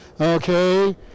Okay